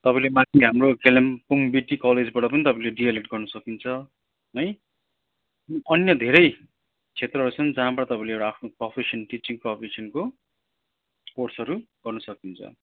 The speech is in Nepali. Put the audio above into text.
तपाईँले माथि हाम्रो कालिम्पोङ बिटी कलेजबाट पनि तपाईँले डिएलएड गर्न सक्नुहुन्छ है अन्य धेरै क्षेत्रहरू छन् जहाँबाट तपाईँले एउटा आफ्नो प्रफेसन टिचिङ प्रफेसनको कोर्सहरू गर्नु सकिन्छ